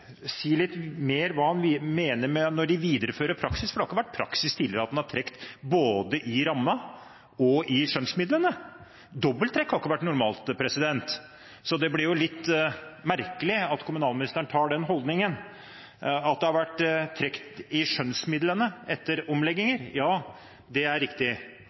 si litt mer om hva som menes med å videreføre praksis? Det har ikke vært praksis tidligere at en har trukket både i rammen og i skjønnsmidlene. Dobbelt trekk har ikke vært normalt, så det blir jo litt merkelig at kommunalministeren inntar den holdningen. At det har vært trukket i skjønnsmidlene etter omlegginger – ja, det er riktig,